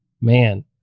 Man